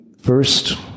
first